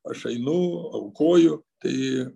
aš einu aukoju tai